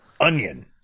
Onion